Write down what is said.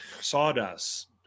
sawdust